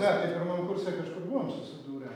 ne tai pirmam kurse kažkur buvom susidūrę